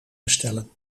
bestellen